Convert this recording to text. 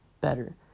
better